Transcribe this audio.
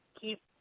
keep